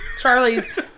Charlie's